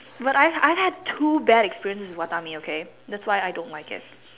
but I I had two bad experiences at Watami okay that's why I don't like it